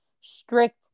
strict